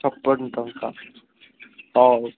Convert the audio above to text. ଛପନ ଟଙ୍କା ହଉ